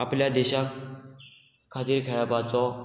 आपल्या देशा खातीर खेळपाचो